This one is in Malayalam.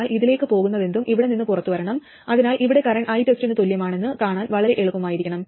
എന്നാൽ ഇതിലേക്ക് പോകുന്നതെന്തും ഇവിടെ നിന്ന് പുറത്തുവരണം അതിനാൽ ഇവിടെ കറന്റ് ITEST ന് തുല്യമാണെന്ന് കാണാൻ വളരെ എളുപ്പമായിരിക്കണം